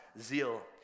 zeal